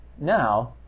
now